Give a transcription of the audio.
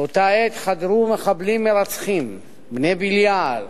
באותה עת חדרו מחבלים מרצחים, בני בליעל,